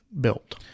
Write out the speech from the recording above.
built